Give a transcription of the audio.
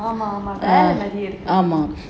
ஆமா ஆமா:aamaa aamaa